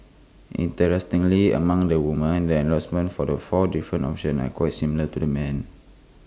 interestingly among the women the endorsement for the four different options are quite similar to the men